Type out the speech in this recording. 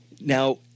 Now